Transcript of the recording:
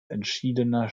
entschiedener